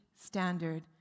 standard